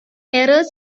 errors